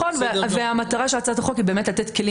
לכן הקריאה שלי כאן היא קריאה קצת מייאשת במובן הזה שלדבר שאתם תעשו פה